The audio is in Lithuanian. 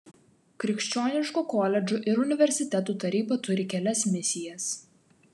krikščioniškų koledžų ir universitetų taryba turi kelias misijas